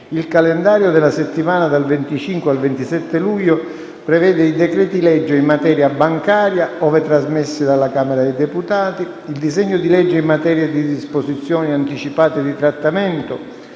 Il calendario della settimana dal 25 al 27 luglio prevede i decreti-legge in materia bancaria, ove trasmessi dalla Camera dei deputati; il disegno di legge in materia di disposizioni anticipate di trattamento,